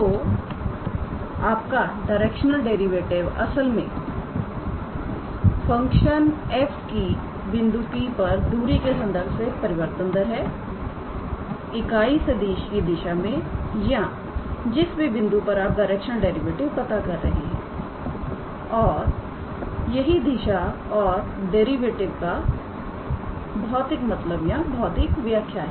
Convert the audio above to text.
तोआपका directional derivative असल में function 𝑓𝑥 𝑦 𝑧 की बिंदु P पर दूरी के संदर्भ से परिवर्तन दर हैइकाई सदिश की दिशा में या जिस भी बिंदु पर आप डायरेक्शनल डेरिवेटिव पता कर रहे हैं और यही दिशा और डेरिवेटिव का भौतिक मतलब या भौतिक व्याख्या है